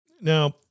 Now